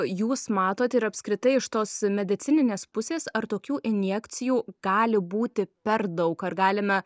jūs matot ir apskritai iš tos medicininės pusės ar tokių injekcijų gali būti per daug ar galime